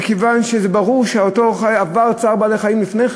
מכיוון שזה ברור שאותו בעל-חיים עבר צער בעלי-חיים לפני כן.